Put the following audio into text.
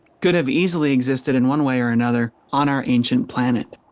could have easily existed, in one way or another, on our ancient planet.